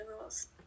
rules